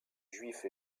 juifs